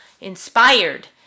inspired